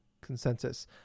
consensus